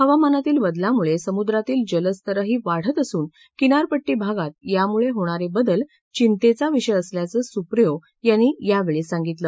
हवामानातील बदलामुळे समुद्रातील जलस्तरही वाढत असून किनारपट्टी भागात होणारे बदल विंतेचा विषय असल्याचं सुप्रियो यांनी यावेळी सांगितलं